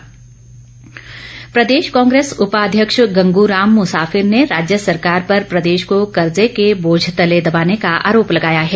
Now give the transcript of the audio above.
कांग्रेस प्रदेश कांग्रेस उपाध्यक्ष गंगूराम मुसाफिर ने राज्य सरकार पर प्रदेश को कर्जे के बोझ तले दबाने का आरोप लगाया है